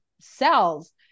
cells